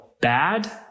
bad